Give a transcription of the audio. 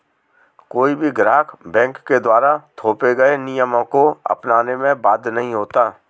कोई भी ग्राहक बैंक के द्वारा थोपे गये नियमों को अपनाने में बाध्य नहीं होता